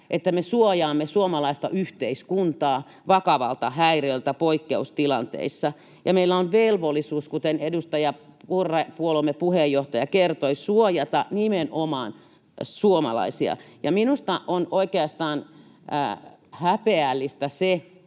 että me suojaamme suomalaista yhteiskuntaa vakavalta häiriöltä poikkeustilanteissa. Ja meillä on velvollisuus, kuten edustaja Purra, puolueemme puheenjohtaja, kertoi, suojata nimenomaan suomalaisia. Minusta on oikeastaan häpeällistä se,